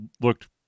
looked